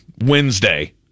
Wednesday